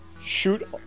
shoot